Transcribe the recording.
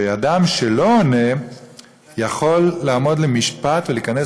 שאדם שלא עונה יכול לעמוד למשפט ולהיכנס